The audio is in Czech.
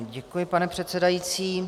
Děkuji, pane předsedající.